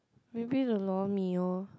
maybe the lor mee orh